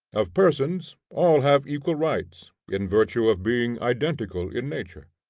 of persons, all have equal rights, in virtue of being identical in nature.